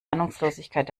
ahnungslosigkeit